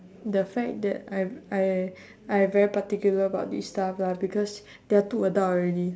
the fact that I'm I I very particular about this stuff lah because they are too adult already